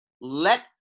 let